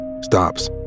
stops